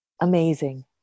amazing